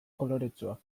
koloretsuak